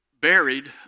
buried